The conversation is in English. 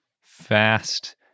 fast